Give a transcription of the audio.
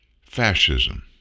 fascism